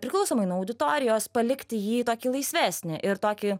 priklausomai nuo auditorijos palikti jį tokį laisvesnį ir tokį